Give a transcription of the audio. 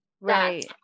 Right